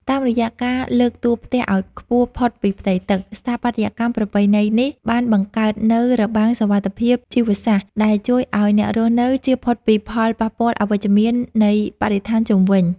តាមរយៈការលើកតួផ្ទះឱ្យខ្ពស់ផុតពីផ្ទៃទឹក ស្ថាបត្យកម្មប្រពៃណីនេះបានបង្កើតនូវ របាំងសុវត្ថិភាពជីវសាស្ត្រ ដែលជួយឱ្យអ្នករស់នៅជៀសផុតពីផលប៉ះពាល់អវិជ្ជមាននៃបរិស្ថានជុំវិញ។